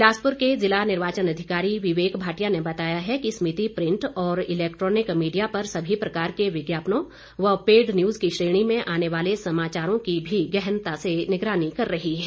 बिलासपुर ज़िला निर्वाचन अधिकारी विवेक भाटिया ने बताया कि ये समिति प्रिंट व इलैक्ट्रॉनिक मीडिया पर सभी प्रकार के विज्ञापनों और पेड न्यूज़ की श्रेणी में आने वाले समाचारों की भी गहनता से निगरानी कर रही है